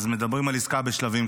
מדברים על עסקה בשלבים,